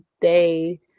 day